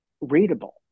readable